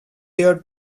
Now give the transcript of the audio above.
there